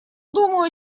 думаю